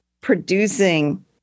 producing